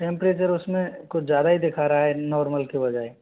temperature उसमें कुछ ज़्यादा ही दिखा रहा है नॉर्मल के बजाय